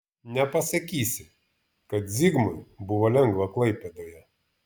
nepasakysi kad zigmui buvo lengva klaipėdoje